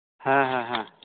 ᱦᱮᱸ ᱦᱮᱸ ᱦᱮᱸ